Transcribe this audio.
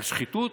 על שחיתות.